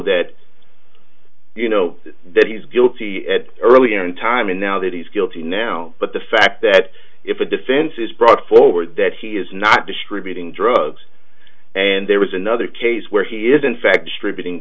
that you know that he's guilty at earlier time and now that he's guilty now but the fact that if a defense is brought forward that he is not distributing drugs and there was another case where he is in fact distributing